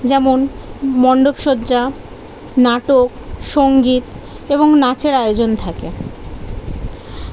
যেমন মণ্ডপসজ্জা নাটক সংগীত এবং নাচের আয়োজন থাকে